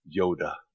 Yoda